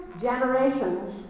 generations